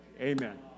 Amen